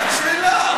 שאלתי שאלה.